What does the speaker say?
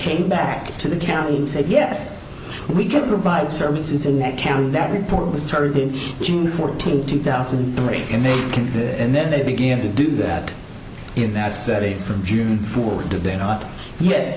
came back to the county and said yes we can provide services in that county that report was turned in june fourteenth two thousand and three and they can and then they began to do that in that setting from june fourth do they not ye